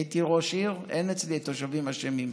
הייתי ראש עיר, אין אצלי "התושבים אשמים".